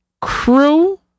crew